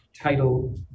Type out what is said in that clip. title